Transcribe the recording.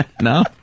No